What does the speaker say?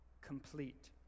complete